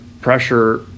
pressure